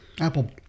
Apple